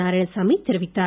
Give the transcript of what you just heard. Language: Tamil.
நாராயணசாமி தெரிவித்தார்